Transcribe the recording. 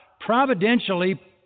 providentially